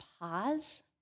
pause